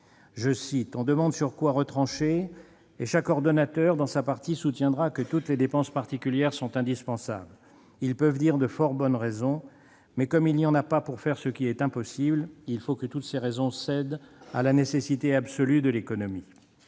:« On demande sur quoi retrancher, et chaque ordonnateur, dans sa partie, soutiendra que toutes les dépenses particulières sont indispensables. Ils peuvent dire de fort bonnes raisons ; mais comme il n'y en a pas pour faire ce qui est impossible, il faut que toutes ces raisons cèdent à la nécessité absolue de l'économie.